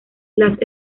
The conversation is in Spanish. las